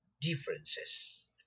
differences